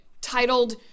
titled